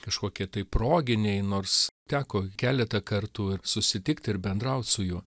kažkokie tai proginiai nors teko keletą kartų ir susitikt ir bendraut su juo